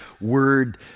Word